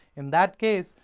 in that case,